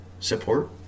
Support